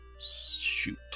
Shoot